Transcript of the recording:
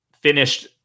finished